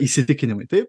įsitikinimai tai